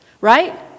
right